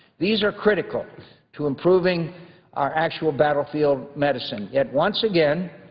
these are critical to improving our actual battlefield medicine. yet once again,